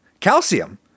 Calcium